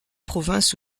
province